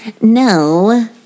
No